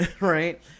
right